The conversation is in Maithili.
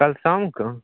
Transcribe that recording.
कल शामके